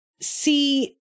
see